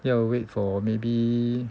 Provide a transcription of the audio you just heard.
要 wait for maybe